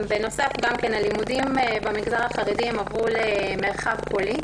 בנוסף הלימודים במגזר החרדי עברו למרחב קולי